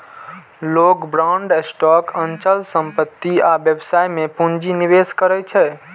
लोग bond, stock, अचल संपत्ति आ व्यवसाय मे पूंजी निवेश करै छै